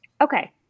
Okay